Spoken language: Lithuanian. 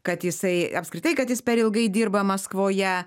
kad jisai apskritai kad jis per ilgai dirba maskvoje